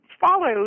follow